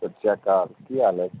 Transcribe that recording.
ਸਤਿ ਸ਼੍ਰੀ ਅਕਾਲ ਕੀ ਹਾਲ ਹੈ